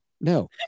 no